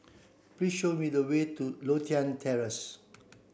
please show me the way to Lothian Terrace